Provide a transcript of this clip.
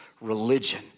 religion